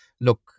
look